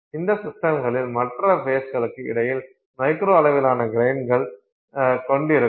இந்த சிஸ்டம்களில் மற்ற ஃபேஸ்களுக்கு இடையில் மைக்ரோ அளவிலான க்ரைன்களைக் கொண்டிருக்கும்